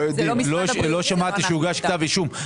לא הוגש כתב אישום.